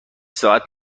ساعت